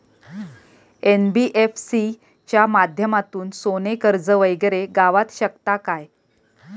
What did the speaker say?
NBFC च्या माध्यमातून सोने कर्ज वगैरे गावात शकता काय?